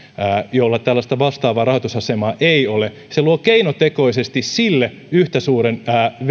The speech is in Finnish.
jolla tällaista vastaavaa rahoitusasemaa ei ole se luo keinotekoisesti sille yhtä suuren velkakoukun